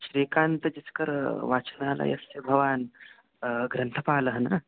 श्रीकान्त जिश्कर वाचनालयस्य भवान् ग्रन्थपालः न